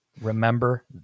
Remember